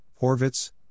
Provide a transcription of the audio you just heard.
Horvitz